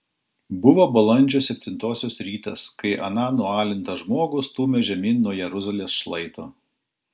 buvo balandžio septintosios rytas kai aną nualintą žmogų stūmė žemyn nuo jeruzalės šlaito